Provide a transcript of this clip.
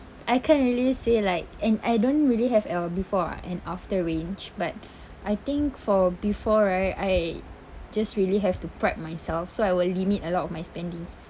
I can't really say like and I don't really have a before and after range but I think for before right I just really have to prep myself so I will limit a lot of my spendings